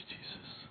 Jesus